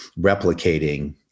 replicating